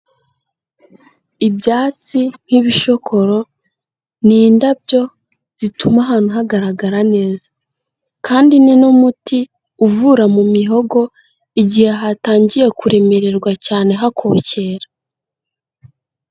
Ibyatsi nk'ibishokoro ni indabyo zituma ahantu hagaragara neza, kandi ni n'umuti uvura mu mihogo igihe hatangiye kuremererwa cyane hakokera.